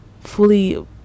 fully